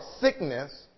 sickness